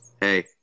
Hey